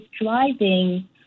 driving